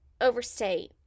overstate